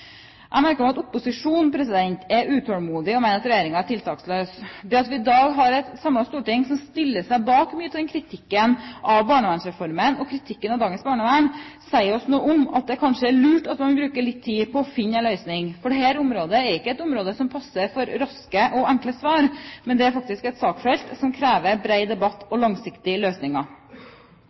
Jeg har merket meg at opposisjonen er utålmodig og mener at regjeringen er tiltaksløs. Det at vi i dag har et samlet storting som stiller seg bak mye av kritikken av barnevernsreformen og av dagens barnevern, sier oss noe om at det kanskje er lurt at man bruker litt tid på å finne en løsning. Dette området er ikke et område som passer for raske og enkle svar, men er et saksfelt som krever bred debatt og langsiktige løsninger.